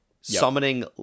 summoning